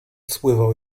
spływał